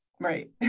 right